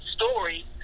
Story